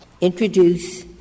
introduce